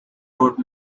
wrote